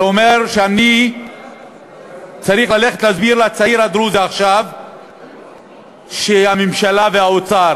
אומר שאני צריך ללכת להסביר לצעיר הדרוזי עכשיו שהממשלה והאוצר